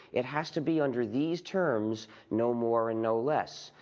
it has to be under these terms, no more and no less.